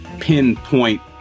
pinpoint